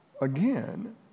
Again